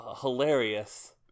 hilarious